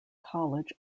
college